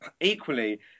equally